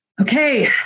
Okay